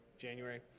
January